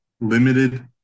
limited